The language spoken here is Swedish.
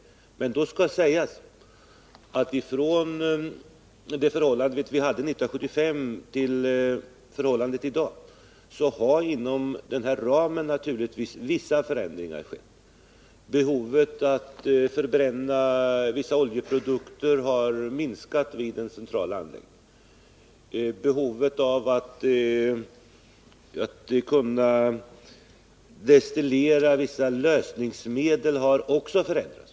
Men då måste understrykas att det från 1975 till i dag givetvis har skett vissa förändringar inom den här ramen. Behovet av att förbränna vissa oljeprodukter har minskat vid den centrala anläggningen, och behovet att kunna destillera vissa lösningsmedel har också minskat.